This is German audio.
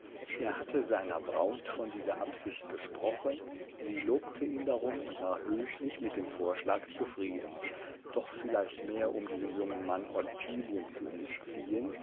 er hatte seiner braut von dieser absicht gesprochen sie lobte ihn darum und war höchlich mit dem vorschlag zufrieden doch vielleicht mehr um diesen jungen mann ottilien zu entziehen